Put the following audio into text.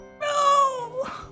No